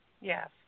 Yes